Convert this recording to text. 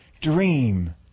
dream